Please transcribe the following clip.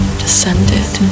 descended